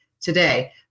today